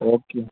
okay